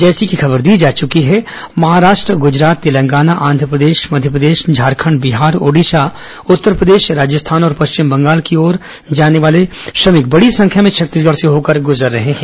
जैसी कि खबर दी जा चुकी है महाराष्ट्र गूजरात तेलंगाना आंध्रप्रदेश मध्यप्रदेश झारखंड बिहार ओडिशा उत्तरप्रदेश राजस्थान और पश्चिम बंगाल की ओर जाने वाले श्रमिक बड़ी संख्या में छत्तीसगढ़ से होकर गूजर रहे हैं